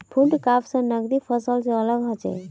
food crops नगदी फसल से अलग होचे